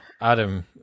Adam